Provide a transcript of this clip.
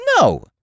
no